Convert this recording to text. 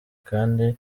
kandi